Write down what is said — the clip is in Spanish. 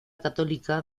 católica